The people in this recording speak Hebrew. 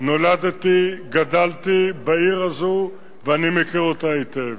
נולדתי, גדלתי בעיר הזו ואני מכיר אותה היטב.